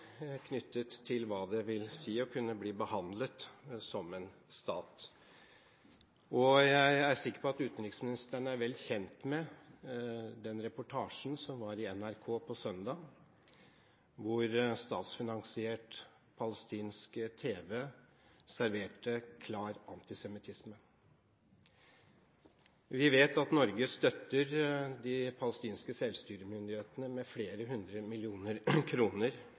knyttet til hva det vil si å kunne bli behandlet som en stat. Jeg er sikker på at utenriksministeren er vel kjent med den reportasjen som på søndag var i NRK, hvor statsfinansiert palestinsk tv serverte klar antisemittisme. Vi vet at Norge støtter de palestinske selvstyremyndighetene med flere hundre millioner kroner